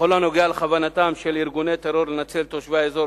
בכל הקשור לכוונתם של ארגוני טרור לנצל את תושבי האזור